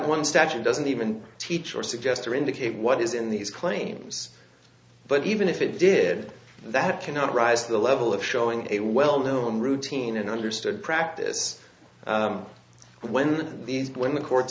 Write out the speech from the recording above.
statute doesn't even teach or suggest or indicate what is in these claims but even if it did that cannot rise to the level of showing a well known routine and understood practice when these when the court